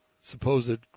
supposed